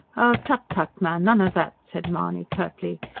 tut, tut, man, none of that! said mahony curtly.